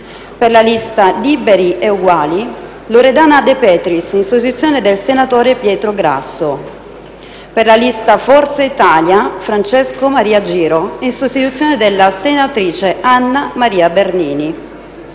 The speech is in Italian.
per la lista «Liberi e uguali», Loredana De Petris, in sostituzione del senatore Pietro Grasso; per la lista «Forza Italia», Francesco Maria Giro, in sostituzione della senatrice Anna Maria Bernini;